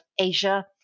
Asia